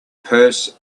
purse